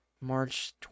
March